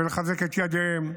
ולחזק את ידיהם,